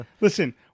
Listen